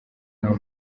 nabo